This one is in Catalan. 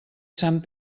sant